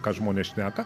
ką žmonės šneka